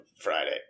Friday